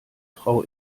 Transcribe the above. frau